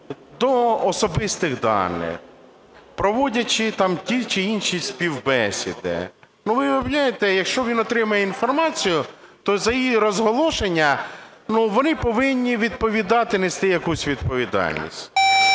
до особистих даних, проводячи там ті чи інші співбесіди. Ну, ви уявляєте, якщо він отримає інформацію, то за її розголошення, ну, вони повинні відповідати, нести якусь відповідальність.